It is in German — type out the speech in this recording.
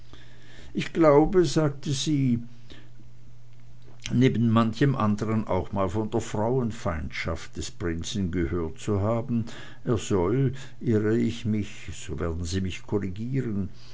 ich glaube sagte sie neben manchem andern auch mal von der frauenfeindschaft des prinzen gehört zu haben er soll irre ich mich so werden sie mich korrigieren